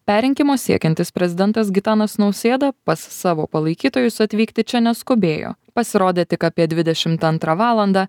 perrinkimo siekiantis prezidentas gitanas nausėda pas savo palaikytojus atvykti čia neskubėjo pasirodė tik apie dvidešimt antrą valandą